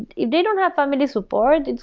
if they don't have family support,